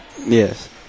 Yes